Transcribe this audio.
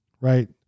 right